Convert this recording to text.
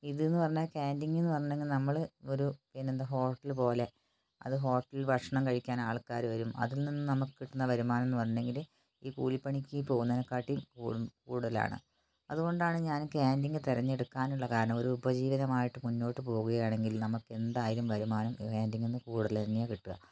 ഇതെന്നു പറഞ്ഞാൽ ക്യാൻ്റിങ്ങെന്നു പറഞ്ഞെങ്കിൽ നമ്മൾ ഒരു പിന്നെന്താ ഹോട്ടല് പോലെ അത് ഹോട്ടൽ ഭക്ഷണം കഴിക്കാൻ ആൾക്കാർ വരും അതിൽ നിന്നും നമ്മൾക്ക് കിട്ടുന്ന വരുമാനം എന്നു പറഞ്ഞെങ്കിൽ ഈ കൂലിപ്പണിക്ക് പോകുന്നതിനെക്കാട്ടിയും കൂടുതലാണ് അതുകൊണ്ടാണ് ഞാൻ ക്യാൻ്റിങ്ങ് തിരഞ്ഞെടുടുക്കാനുള്ള കാരണം ഒരു ഉപജീവിതമായിട്ടു മുന്നോട്ടു പോകുകയാണെങ്കിൽ നമുക്ക് എന്തായാലും വരുമാനം ക്യാൻ്റിങ്ങിൽനിന്ന് കൂടുതൽ തന്നെയാണ് കിട്ടുക